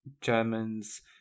germans